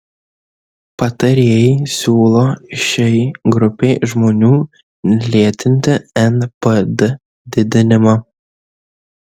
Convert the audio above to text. patarėjai siūlo šiai grupei žmonių lėtinti npd didinimą